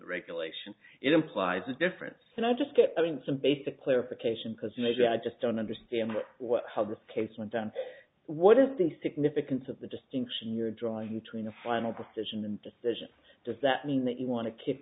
regulation it implies a difference and i just get i mean some basic clarification because maybe i just don't understand how this case went down what is the significance of the distinction you're drawing tween a final decision and decision does that mean that you want to k